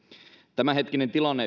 tämänhetkinen tilanne